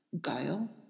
Guile